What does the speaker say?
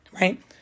right